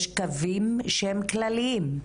יש קווים שהם כלליים,